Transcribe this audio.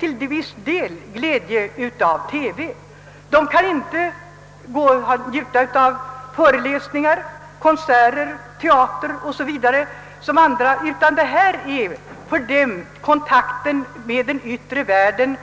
till viss del glädje av TV. De kan inte njuta av föreläsningar, konserter, teater o.s.v. som andra, utan tidningen är för dem kontakten med den yttre världen.